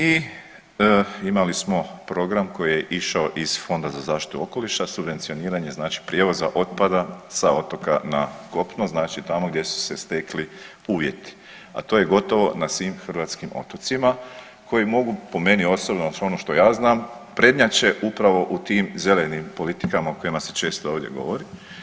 I imali smo program koji je išao iz Fonda za zaštitu okoliša subvencioniranje znači prijevoza otpada sa otoka na kopno, znači tamo gdje su se stekli uvjeti, a to je gotovo na svim hrvatskim otocima koji mogu po meni osobno ono što ja znam, prednjače upravo u tim zelenim politikama o kojima se često ovdje govori.